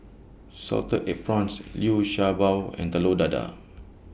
Salted Egg Prawns Liu Sha Bao and Telur Dadah